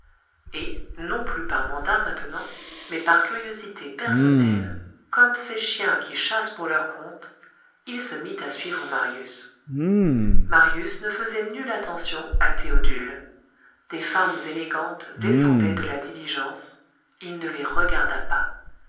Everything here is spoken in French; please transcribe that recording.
et non plus par mandat maintenant mais par curiosité personnelle comme ces chiens qui chassent pour leur compte il se mit à suivre marius marius ne faisait nulle attention à théodule des femmes élégantes descendaient de la diligence il ne les regarda pas